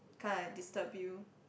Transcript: come and disturb you